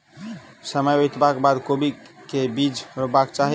समय बितबाक बाद कोबी केँ के बीज रोपबाक चाहि?